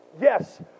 Yes